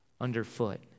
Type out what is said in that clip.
underfoot